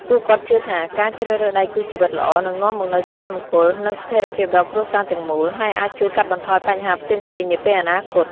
ពួកគាត់ជឿថា ការជ្រើសរើសដៃគូជីវិតល្អនឹងនាំមកនូវសុភមង្គល និងស្ថិរភាពដល់គ្រួសារទាំងមូល ហើយអាចជួយកាត់បន្ថយបញ្ហាផ្សេងៗនាពេលអនាគត។